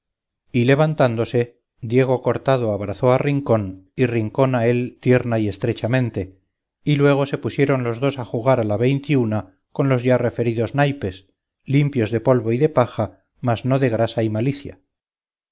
y levantándose diego cortado abrazó a rincón y rincón a él tierna y estrechamente y luego se pusieron los dos a jugar a la veintiuna con los ya referidos naipes limpios de polvo y de paja mas no de grasa y malicia